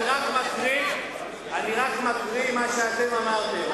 אני רק קורא את מה שאתם אמרתם.